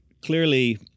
clearly